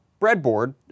breadboard